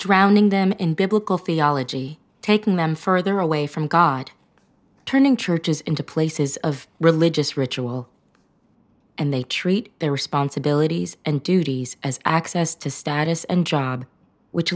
drowning them in biblical theology taking them further away from god turning churches into places of religious ritual and they treat their responsibilities and duties as access to status and job which